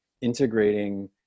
integrating